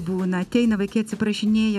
būna ateina vaikai atsiprašinėja